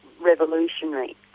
revolutionary